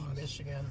Michigan